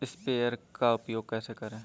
Sprayer का उपयोग कैसे करें?